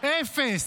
אפס.